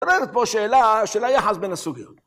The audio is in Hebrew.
נראית פה שאלה של היחס בין הסוגיות